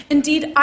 Indeed